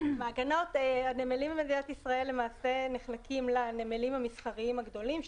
הנמלים במדינת ישראל למעשה נחלקים לנמלים המסחריים הגדולים,